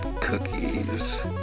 cookies